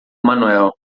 manuel